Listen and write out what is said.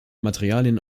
materialien